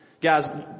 Guys